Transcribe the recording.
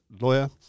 lawyer